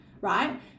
right